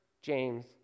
James